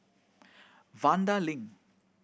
Vanda Link